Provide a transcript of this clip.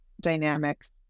dynamics